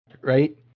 Right